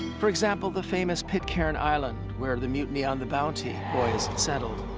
for example, the famous pitcairn island, where the mutiny on the bounty boys settled,